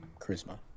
charisma